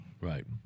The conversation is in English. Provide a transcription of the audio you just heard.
Right